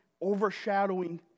overshadowing